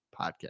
Podcast